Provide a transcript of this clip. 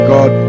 God